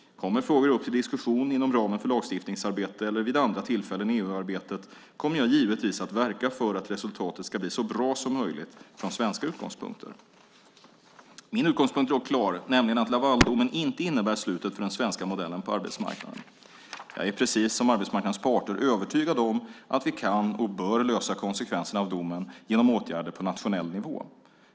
Kommer frågor upp till diskussion inom ramen för lagstiftningsarbete eller vid andra tillfällen i EU-arbetet kommer jag givetvis att verka för att resultatet ska bli så bra som möjligt från svenska utgångspunkter. Min utgångspunkt är dock klar, nämligen att Lavaldomen inte innebär slutet för den svenska modellen på arbetsmarknaden. Jag är precis som arbetsmarknadens parter övertygad om att vi kan och bör lösa konsekvenserna av domen genom åtgärder på nationell nivå.